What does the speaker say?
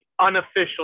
unofficial